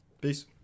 Peace